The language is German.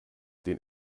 den